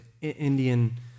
Indian